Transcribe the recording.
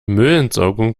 müllentsorgung